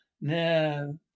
No